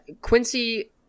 Quincy